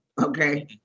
okay